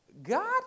God